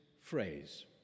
phrase